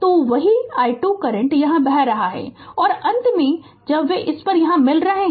तो वही i2 current यहां बह रहा है और अंत में जब वे इसे यहां मिल रहे हैं